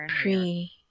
pre